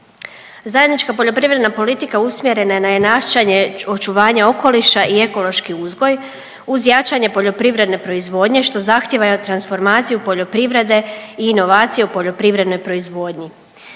Zajednička poljoprivredna politika usmjerena je na …/Govornica se ne razumije/… očuvanja okoliša i ekološki uzgoj uz jačanje poljoprivredne proizvodnje što zahtjeva transformaciju poljoprivrede i inovacije u poljoprivrednoj proizvodnji.